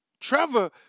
Trevor